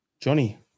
Johnny